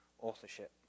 authorship